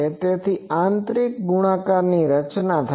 તેથી આંતરિક ગુણકારની રચના થાય છે